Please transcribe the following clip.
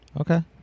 Okay